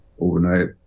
overnight